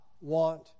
want